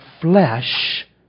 flesh